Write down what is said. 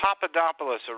papadopoulos